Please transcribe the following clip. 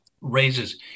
raises